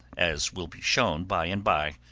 as will be shown bye-and-bye,